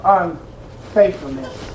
unfaithfulness